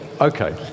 Okay